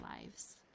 lives